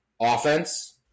offense